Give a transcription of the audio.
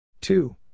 two